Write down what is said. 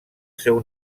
seu